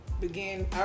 begin